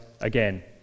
again